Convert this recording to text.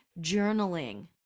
journaling